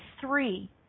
three